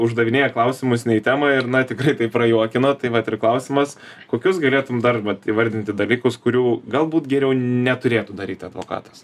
uždavinėja klausimus ne į temą ir na tikrai taip prajuokino tai vat ir klausimas kokius galėtum dar vat įvardinti dalykus kurių galbūt geriau neturėtų daryt advokatas